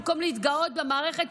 במקום להתגאות במערכת,